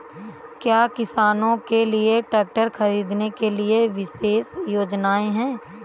क्या किसानों के लिए ट्रैक्टर खरीदने के लिए विशेष योजनाएं हैं?